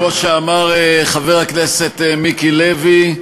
כמו שאמר חבר הכנסת מיקי לוי,